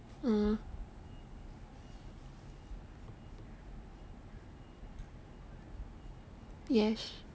mmhmm yes